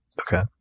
Okay